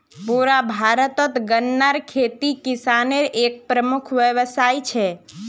पुरा भारतत गन्नार खेती किसानेर एक प्रमुख व्यवसाय छे